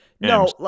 No